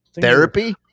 therapy